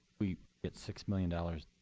we get six million dollars